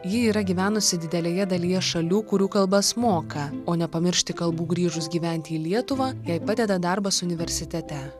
ji yra gyvenusi didelėje dalyje šalių kurių kalbas moka o nepamiršti kalbų grįžus gyventi į lietuvą jai padeda darbas universitete